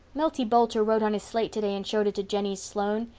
milty boulter wrote on his slate today and showed it to jennie sloane,